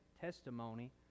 testimony